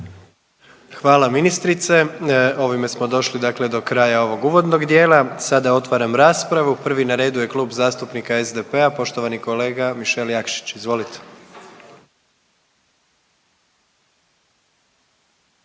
Hvala ministrice. Ovime smo došli dakle do kraja ovog uvodnog dijela. Sada otvaram raspravu. Prvi na redu je Klub zastupnika SDP-a, poštovani kolega Mišel Jakšić. Izvolite.